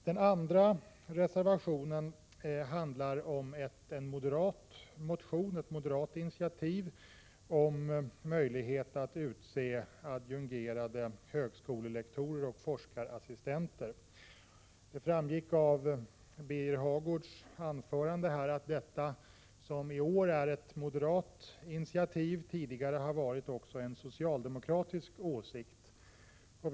Den andra reservationen handlar om ett moderat initiativ avseende möjlighet att utse adjungerade högskolelektorer och forskarassistenter. Det framgick av Birger Hagårds anförande att detta, som i år är ett moderat initiativ, tidigare har varit också ett socialdemokratiskt krav.